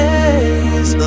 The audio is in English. days